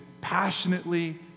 passionately